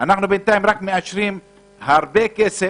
בינתיים, אנחנו רק מאשרים הרבה כסף.